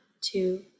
two